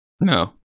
No